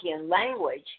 language